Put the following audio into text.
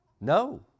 No